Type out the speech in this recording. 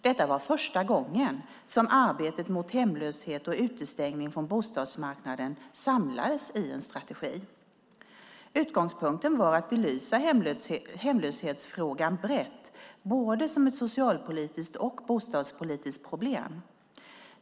Detta var första gången som arbetet mot hemlöshet och utestängning från bostadsmarknaden samlades i en strategi. Utgångspunkten var att belysa hemlöshetsfrågan brett, både som ett socialpolitiskt och som ett bostadspolitiskt problem.